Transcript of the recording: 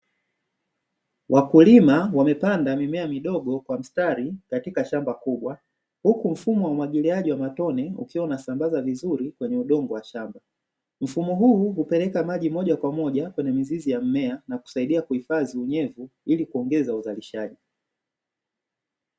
Wakulima wamepanda mimea midogo kwa mstari katika shamba kubwa, huku mfumo wa umwagiliaji wa matone ukiwa unasambaza vizuri kwenye udongo wa shamba. Mfumo huu hupeleka maji moja kwa moja kwenye mizizi ya mmea na kusaidia kuhifadhi unyevu ili kuongeza uzalishaji.